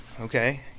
Okay